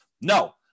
no